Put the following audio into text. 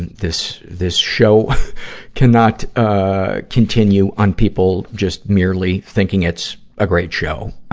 and this, this show cannot, ah, continue on people just merely thinking it's a great show.